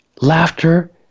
laughter